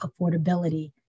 affordability